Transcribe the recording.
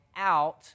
out